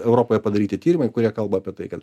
europoje padaryti tyrimai kurie kalba apie tai kad